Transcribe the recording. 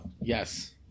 yes